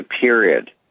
period